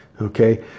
okay